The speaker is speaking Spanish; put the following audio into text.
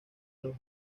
los